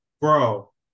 Bro